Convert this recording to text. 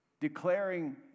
Declaring